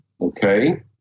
Okay